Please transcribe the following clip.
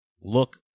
Look